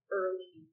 early